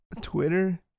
Twitter